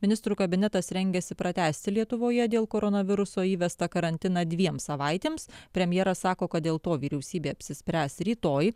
ministrų kabinetas rengiasi pratęsti lietuvoje dėl koronaviruso įvestą karantiną dviem savaitėms premjeras sako kad dėl to vyriausybė apsispręs rytoj